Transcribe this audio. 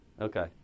Okay